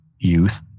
youth